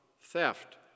theft